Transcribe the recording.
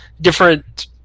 different